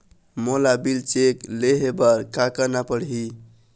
मोला bill check ले हे बर का करना पड़ही ही?